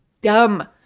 dumb